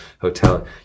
hotel